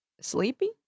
Sleepy